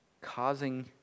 causing